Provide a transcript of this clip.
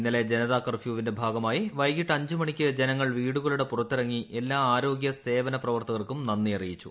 ഇന്നലെ ജനതാ കർഫ്യൂവിന്റെ ഭാഗമായി വൈകിട്ട് അഞ്ചു മണിക്ക് ജനങ്ങൾ വീടുകളുടെ പുറത്തിറങ്ങി എല്ലാ ആരോഗ്യ സേവന പ്രവർത്തകർക്കും നന്ദി അറിയിച്ചു